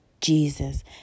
Jesus